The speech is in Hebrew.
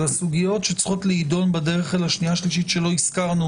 אלא סוגיות שצריכות ליידון בדרך אל השנייה-שלישית שלא הזכרנו